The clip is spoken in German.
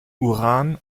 uran